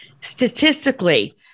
Statistically